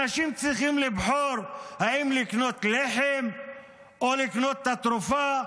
אנשים צריכים לבחור אם לקנות לחם או לקנות את התרופה,